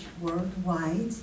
worldwide